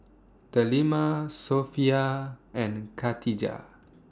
Delima Sofea and Khatijah